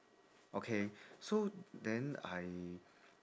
okay so then I